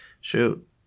shoot